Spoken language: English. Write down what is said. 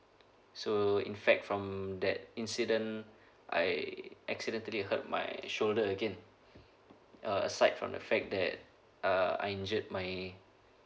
so in fact from that incident I accidentally hurt my shoulder again uh aside from the fact that uh I injured my